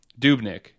Dubnik